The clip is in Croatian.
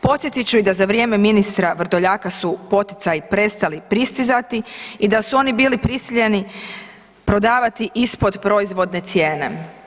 Podsjetit ću i da za vrijeme ministra Vrdoljaka su poticaji prestali pristizati i da su oni bili prisiljeni prodavati ispod proizvodne cijene.